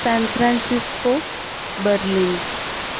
San Francisco Berlin